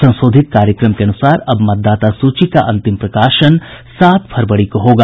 संशोधित कार्यक्रम के अनुसार अब मतदाता सूची का अंतिम प्रकाशन सात फरवरी को होगा